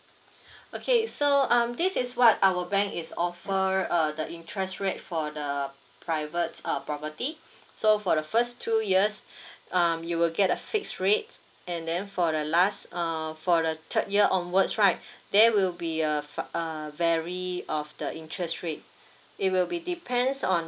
okay so um this is what our bank is offer uh the interest rate for the private uh property so for the first two years um you will get a fixed rate and then for the last uh for the third year onwards right there will be a fa~ err vary of the interest rate it will be depends on